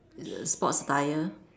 sports attire